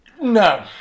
No